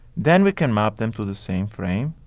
then we can map them to the same frame.